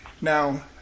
Now